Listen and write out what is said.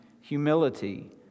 humility